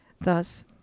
Thus